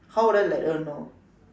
how would I let you all know